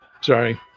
Sorry